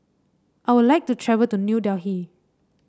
I would like to travel to New Delhi